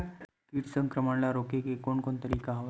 कीट संक्रमण ल रोके के कोन कोन तरीका हवय?